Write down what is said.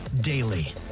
daily